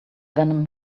venom